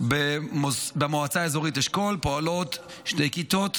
במועצה אזורית אשכול פועלות שתי כיתות